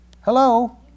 Hello